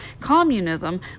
Communism